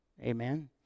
Amen